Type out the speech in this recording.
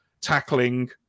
tackling